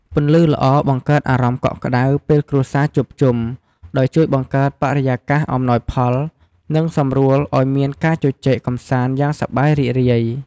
ពន្លឺល្អបង្កើតអារម្មណ៍កក់ក្ដៅពេលគ្រួសារជួបជុំ ដោយជួយបង្កើតបរិយាកាសអំណោយផល និងសម្រួលឲ្យមានការជជែកកម្សាន្តយ៉ាងសប្បាយរីករាយ។